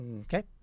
Okay